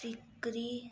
Sikri